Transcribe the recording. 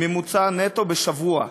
בממוצע נטו בשבוע.